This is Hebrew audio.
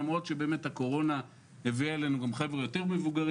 למרות שבאמת הקורונה הביאה אלינו גם יותר מבוגרים.